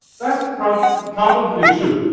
that's probably probably true,